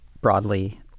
broadly